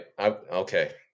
Okay